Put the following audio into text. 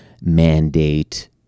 mandate